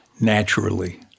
naturally